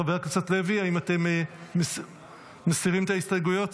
חבר הכנסת לוי, האם אתם מסירים את ההסתייגויות?